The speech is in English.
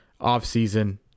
off-season